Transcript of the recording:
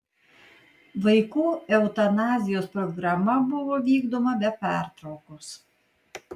vaikų eutanazijos programa buvo vykdoma be pertraukos